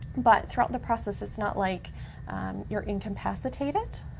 but, throughout the process, it's not like you're incapacitated.